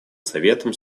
советом